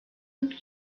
und